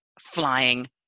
flying